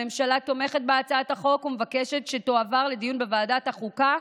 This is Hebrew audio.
הממשלה תומכת בהצעת החוק ומבקשת שתועבר לדיון בוועדת החוקה,